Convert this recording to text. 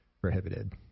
prohibited